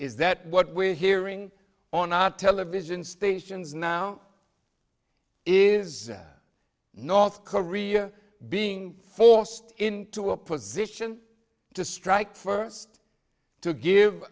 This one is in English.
is that what we're hearing on our television stations now is north korea being forced into a position to strike first to give